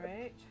right